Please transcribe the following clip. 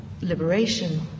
liberation